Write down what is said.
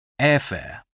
Airfare